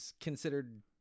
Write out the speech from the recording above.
considered